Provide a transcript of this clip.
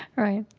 right.